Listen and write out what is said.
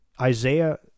Isaiah